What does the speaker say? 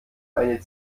eine